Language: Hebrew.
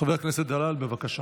חבר הכנסת דלל, בבקשה.